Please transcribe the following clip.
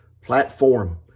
platform